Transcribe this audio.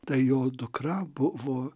tai jo dukra buvo